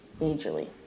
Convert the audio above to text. Majorly